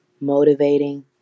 motivating